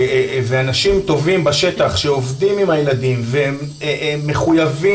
ואנשים טובים בשטח שעובדים עם הילדים והם מחוייבים